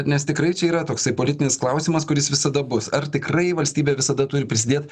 nes tikrai čia yra toksai politinis klausimas kuris visada bus ar tikrai valstybė vidada turi prisidėt